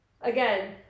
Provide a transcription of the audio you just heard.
again